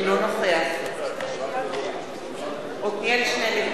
אינו נוכח עתניאל שנלר,